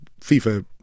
FIFA